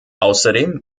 außerdem